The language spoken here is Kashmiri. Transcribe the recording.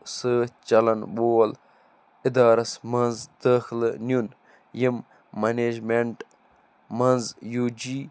سۭتۍ چَلَن وول اِدارَس منٛز دٲخلہٕ نیٛن یِم مَنیجمیٚنٛٹ منٛز یوٗ جی